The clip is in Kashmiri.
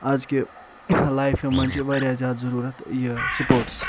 آز کہِ لایفہِ منٛز چھِ واریاہ زیادٕ ضروٗرت یہِ سپورٹٕس